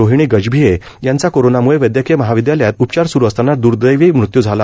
रोहिणी गजभिये यांचा कोरोनामुळं वैद्यकीय महाविद्यालयात उपचार सुरू असतांना दुर्दैवी मृत्यू झाला